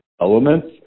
elements